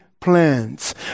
plans